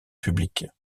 publiques